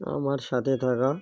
আমার সাথে থাকা